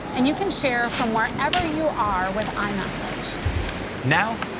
and you can share from wherever you are with ah imessage. now,